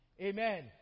Amen